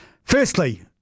Firstly